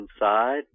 inside